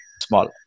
small